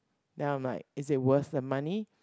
then I'm like is it worth the money